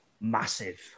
Massive